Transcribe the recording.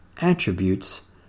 attributes